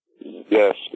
Yes